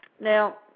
Now